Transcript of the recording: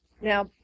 Now